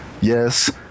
yes